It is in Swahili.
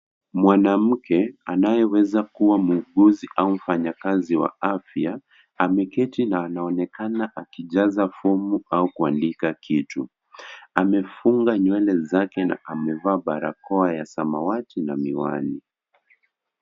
Mwanamke anayeweza kuwa muuguzi au mfanyakazi wa afya, ameketi na anaonekana akijaza fomu au kuandika kitu. Amefunga nywele zake na amevaa barakoa ya samawati na miwani.